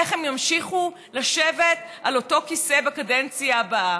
איך הם ימשיכו לשבת על אותו כיסא בקדנציה הבאה.